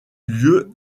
lieu